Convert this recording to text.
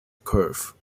curve